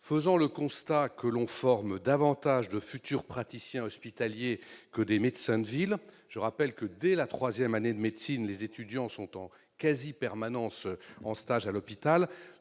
Faisant le constat que l'on forme davantage de futurs praticiens hospitaliers que des médecins de ville- je rappelle que dès la troisième année de médecine les étudiants sont en quasi-permanence à l'hôpital